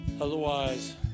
Otherwise